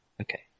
Okay